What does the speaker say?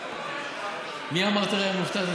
מי אמר תיראה מופתע?